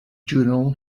journal